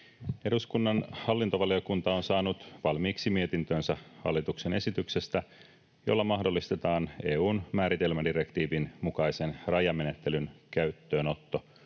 Eduskunnan hallintovaliokunta on saanut valmiiksi mietintönsä hallituksen esityksestä, jolla mahdollistetaan EU:n määritelmädirektiivin mukaisen rajamenettelyn käyttöönotto